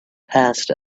passed